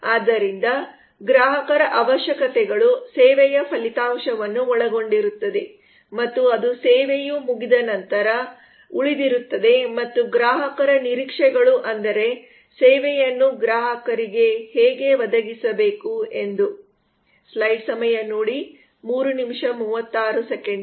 ಆದ್ದರಿಂದ ಗ್ರಾಹಕರ ಅವಶ್ಯಕತೆಗಳು ಸೇವೆಯ ಫಲಿತಾಂಶವನ್ನು ಒಳಗೊಂಡಿರುತ್ತದೆ ಮತ್ತು ಅದು ಸೇವೆಯು ಮುಗಿದ ನಂತರ ಉಳಿದಿರುತ್ತದೆ ಮತ್ತು ಗ್ರಾಹಕರ ನಿರೀಕ್ಷೆಗಳು ಅಂದರೆ ಸೇವೆಯನ್ನು ಗ್ರಾಹಕರಿಗೆ ಹೇಗೆ ಒದಗಿಸಬೇಕು ಎಂದು